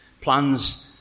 Plans